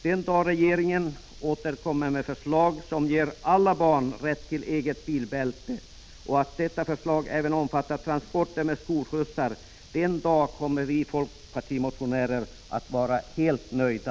Den dag regeringen återkommer med förslag där alla barn får rätt till eget bilbälte och detta förslag även omfattar transporter med skolskjutsar, då kommer vi folkpartimotionärer att vara helt nöjda.